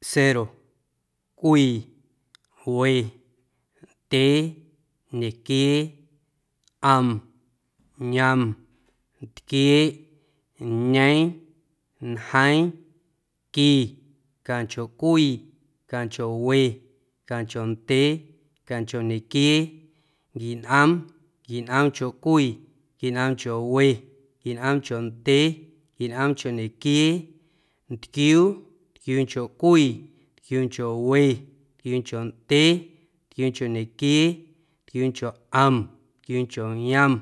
Cero, cwii, we, ndyee, ñequiee, ꞌom, yom, ntquieeꞌ, ñeeⁿ, ñjeeⁿ, qui, canchoꞌcwii, canchoꞌwe, canchoꞌndyee, canchoꞌ ñequiee, nquinꞌoom, nquinꞌoomncho cwii, nquinꞌoomncho we, nquinꞌoomncho ndyee, nquinꞌoomncho ñequiee, ntquiuu, ntquiuuncho cwii, ntquiuuncho we, ntquiuuncho ndyee, ntquiuuncho ñequiee, ntquiuuncho ꞌom, ntquiuuncho yom,